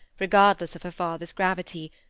regardless of her father's gravity,